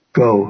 go